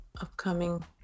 upcoming